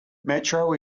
metro